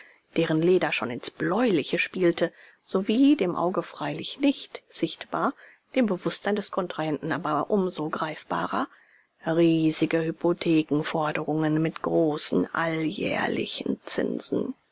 deren leder schon ins bläuliche spielte sowie dem auge freilich nicht sichtbar dem bewußtsein des kontrahenten aber umso greifbarer riesige hypothekenforderungen mit großen alljährlichen zinsen